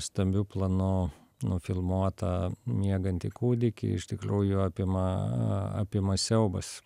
stambiu planu nufilmuotą miegantį kūdikį iš tikliųjų apima a apima siaubas